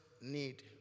need